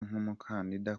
nk’umukandida